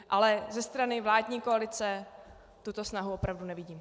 Ale ze strany vládní koalice tuto snahu opravdu nevidím.